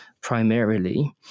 primarily